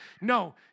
No